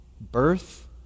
birth